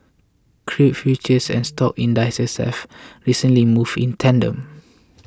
crude futures and stock indices have recently moved in tandem